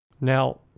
Now